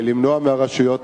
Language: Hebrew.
למנוע מהרשויות